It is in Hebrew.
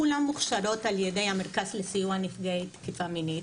כולן מוכשרות על ידי המרכז לסיוע נפגעי תקיפה מינית.